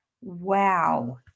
Wow